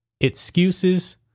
Excuses